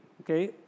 okay